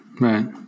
Right